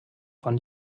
von